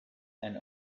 and